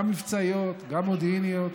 גם מבצעיות, גם מודיעיניות,